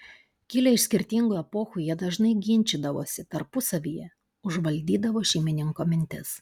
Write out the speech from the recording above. kilę iš skirtingų epochų jie dažnai ginčydavosi tarpusavyje užvaldydavo šeimininko mintis